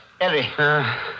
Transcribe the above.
Eddie